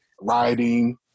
riding